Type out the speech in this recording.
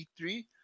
E3